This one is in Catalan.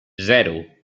zero